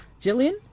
Jillian